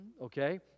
okay